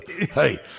hey